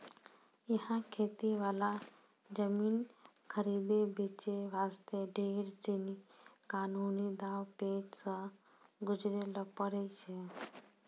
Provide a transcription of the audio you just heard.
यहाँ खेती वाला जमीन खरीदै बेचे वास्ते ढेर सीनी कानूनी दांव पेंच सॅ गुजरै ल पड़ै छै